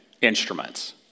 instruments